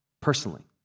Personally